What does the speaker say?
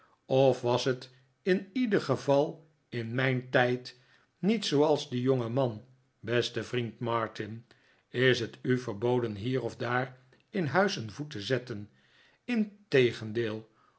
of was het in ieder geval in mijn tijd niet zooals die jongeman beste vriend martin is het u verboden hier of daar in huis een voet te zetten integendeel